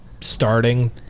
starting